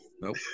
Nope